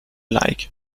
like